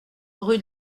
rue